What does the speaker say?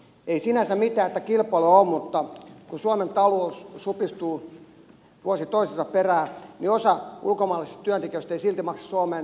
ei sinänsä mitään että kilpailua on mutta kun suomen talous supistuu vuosi toisensa perään osa ulkomaalaisista työntekijöistä ei silti maksa suomeen lainkaan mitään veroja